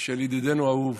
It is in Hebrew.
של ידידנו האהוב